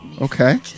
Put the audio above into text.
Okay